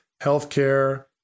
healthcare